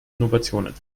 innovationen